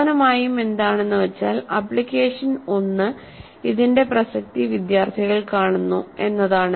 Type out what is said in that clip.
പ്രധാനമായും എന്താണെന്നു വച്ചാൽ ആപ്ലിക്കേഷൻ 1 ഇതിന്റെ പ്രസക്തി വിദ്യാർത്ഥികൾ കാണുന്നു എന്നതാണ്